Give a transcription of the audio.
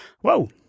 whoa